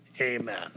amen